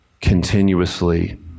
continuously